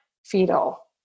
fetal